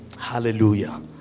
hallelujah